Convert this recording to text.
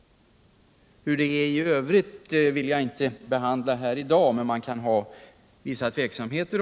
Hur det är i övrigt vill jag inte yttra mig om nu, men man kan självfallet hysa viss tveksamhet.